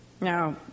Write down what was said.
Now